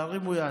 תרימו יד.